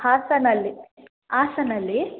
ಹಾಸನಲ್ಲಿ ಹಾಸನಲ್ಲಿ